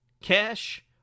cash